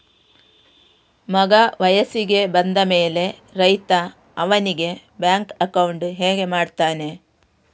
ಮಗ ವಯಸ್ಸಿಗೆ ಬಂದ ಮೇಲೆ ರೈತ ಅವನಿಗೆ ಬ್ಯಾಂಕ್ ಅಕೌಂಟ್ ಹೇಗೆ ಮಾಡ್ತಾನೆ?